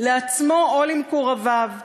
לעצמו או למקורביו.